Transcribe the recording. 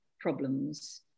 problems